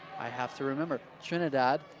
i have to remember. trinidad,